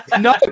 No